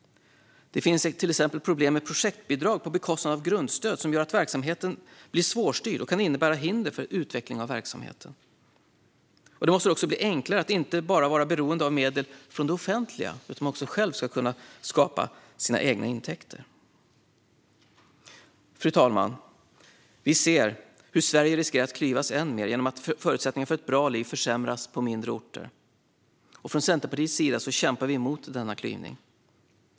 Det finns till exempel problem med projektbidrag på bekostnad av grundstöd som gör verksamheten svårstyrd och kan innebära hinder för utveckling av verksamheten. Det måste också bli enklare att inte bara vara beroende av medel från det offentliga. Man ska också själv kunna skapa sina egna intäkter. Fru talman! Vi ser hur Sverige riskerar att klyvas än mer genom att förutsättningarna för ett bra liv försämras på mindre orter. Från Centerpartiet kämpar vi emot denna klyvning.